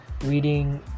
reading